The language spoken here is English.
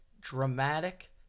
dramatic